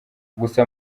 gusa